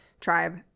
tribe